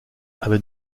avait